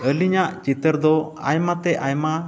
ᱟᱞᱤᱧᱟᱜ ᱪᱤᱛᱟᱹᱨ ᱫᱚ ᱟᱭᱢᱟᱛᱮ ᱟᱭᱢᱟ